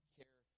care